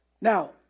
now